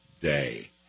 day